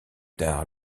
tard